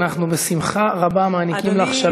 אנחנו בשמחה רבה מעניקים לך שלוש דקות תמימות.